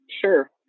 Sure